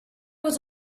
was